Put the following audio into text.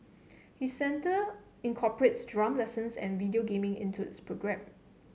his centre incorporates drum lessons and video gaming into its programme